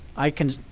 i can